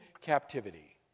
captivity